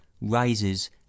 rises